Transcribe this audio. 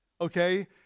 okay